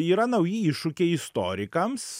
yra nauji iššūkiai istorikams